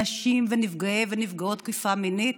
נשים ונפגעי ונפגעות תקיפה מינית,